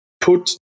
put